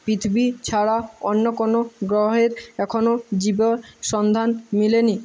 পৃথিবী ছাড়া অন্য কোনো গ্রহের এখনো জীবন সন্ধান মেলে নি